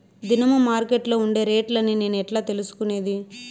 దినము మార్కెట్లో ఉండే రేట్లని నేను ఎట్లా తెలుసుకునేది?